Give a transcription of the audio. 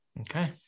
okay